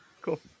Cool